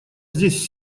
здесь